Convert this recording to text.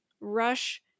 Rush